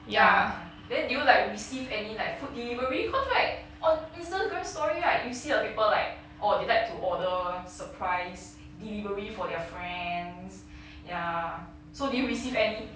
ya then did you like receive any like food delivery cause right on instagram story right you see the people like oh they like to order surprise delivery for their friends ya so do you receive any